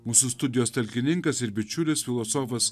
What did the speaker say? mūsų studijos talkininkas ir bičiulis filosofas